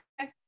Okay